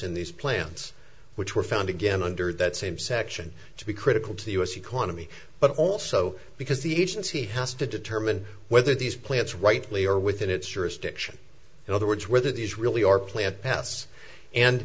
in these plants which were found again under that same section to be critical to the u s economy but also because the agency has to determine whether these plants rightly are within its jurisdiction in other words whether these really are plant s and